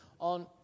...on